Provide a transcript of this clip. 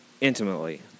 intimately